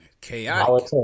chaotic